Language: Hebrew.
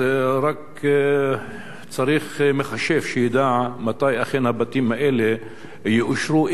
אז רק צריך מחשב שידע מתי אכן הבתים האלה יאושרו,